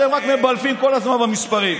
אתם רק מבלפים כל הזמן במספרים.